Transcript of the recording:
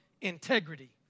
integrity